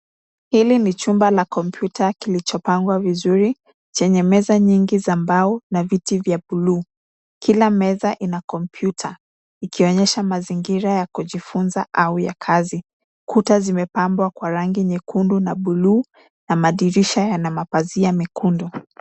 Hili ni chumba cha kompyuta kilichopangwa vizuri chenye meza nyingi za mbao na viti vya bluu. Kila meza ina kompyuta, ikionyesha mazingira ya kijifunza au ya kazi. Kuta zimepambwa kwa rangi nyekundu na bluu na madirisha yana mapazia mekundu.